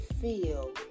feel